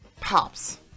Pops